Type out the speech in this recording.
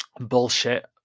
bullshit